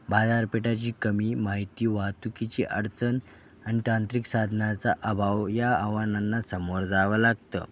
बाजारपेठेची कमी माहिती वाहतुकीची अडचण आणि तांत्रिक साधनाचा अभाव या आव्हानांना समोर जावं लागतं